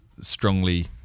strongly